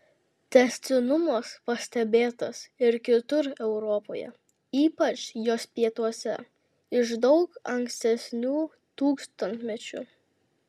tęstinumas pastebėtas ir kitur europoje ypač jos pietuose iš daug ankstesnių tūkstantmečių